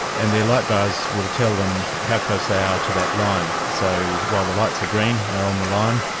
and their light bars will tell them how close they are to that line. so while the lights are green, they are on the line.